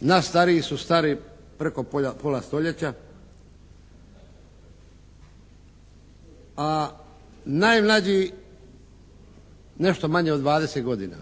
Naši stariji su stari preko pola stoljeća. A najmlađi nešto manje od 20 godina.